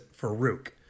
Farouk